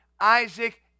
Isaac